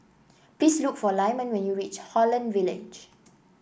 please look for Lyman when you reach Holland Village